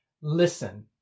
listen